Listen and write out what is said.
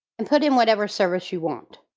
and put in whatever service you want.